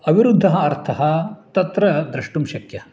अविरुद्धः अर्थः तत्र द्रष्टुं शक्यः